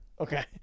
Okay